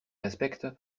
respecte